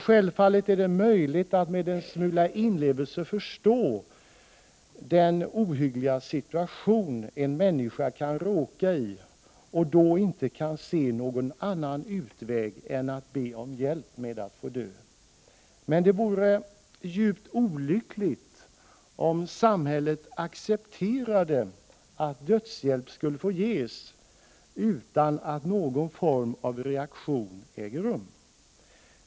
Självfallet är det möjligt att med smula inlevelse förstå den ohyggliga situation människor kan råka i, där de inte kan tänka sig någon annan utväg än att be om hjälp med att få dö. Det vore djupt olyckligt om samhället accepterade att dödshjälp skulle få ges utan att någon form av reaktion ägde rum.